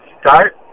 start